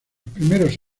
primeros